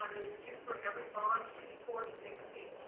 there's two for every bond, two, four, six,